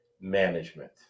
management